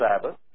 Sabbath